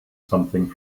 something